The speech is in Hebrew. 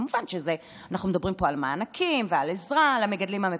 כמובן שאנחנו מדברים פה על מענקים ועל עזרה למגדלים המקומיים.